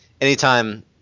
anytime